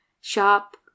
shop